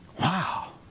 Wow